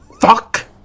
fuck